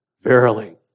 Verily